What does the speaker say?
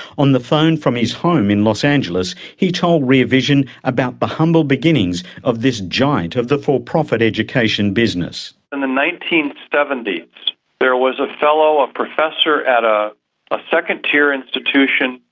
on the phone from his home in los angeles, he told rear vision about the humble beginnings of this giant of the for-profit education business. in the nineteen seventy there was a fellow, a professor at ah a second-tier institution,